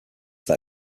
that